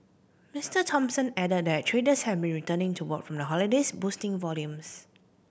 Mister Thompson added that traders have been returning to work from the holidays boosting volumes